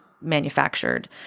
manufactured